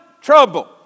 Trouble